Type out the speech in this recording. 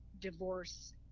divorce